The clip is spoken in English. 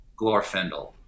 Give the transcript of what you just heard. Glorfindel